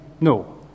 no